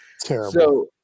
terrible